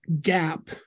gap